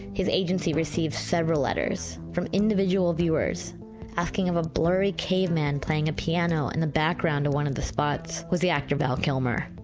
his agency received several letters from individual viewers asking of a blurry caveman playing a piano in and the background. one of the spots was the actor, val kilmer.